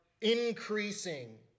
increasing